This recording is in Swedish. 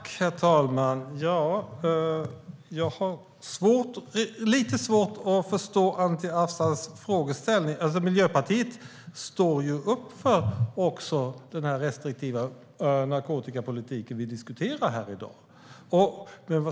Herr talman! Jag har lite svårt att förstå Anti Avsans frågeställning. Miljöpartiet står ju upp för den restriktiva narkotikapolitik som vi diskuterar här i dag.